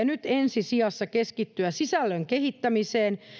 nyt ensi sijassa keskittyä sisällön kehittämiseen